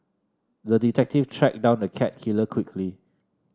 the detective tracked down the cat killer quickly